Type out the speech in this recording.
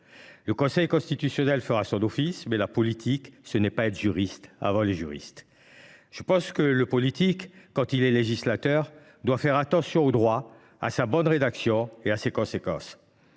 Le Conseil constitutionnel fera son office, mais la politique, ce n’est pas être juriste avant les juristes. » Je pense au contraire que le politique, quand il est législateur, doit faire attention au droit, à sa bonne rédaction et à ses conséquences.